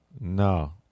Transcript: no